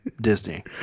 Disney